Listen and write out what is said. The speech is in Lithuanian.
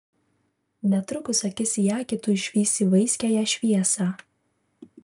netrukus akis į akį tu išvysi vaiskiąją šviesą